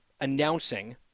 announcing